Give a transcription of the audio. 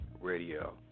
radio